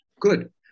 Good